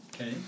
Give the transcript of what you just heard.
Okay